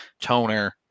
toner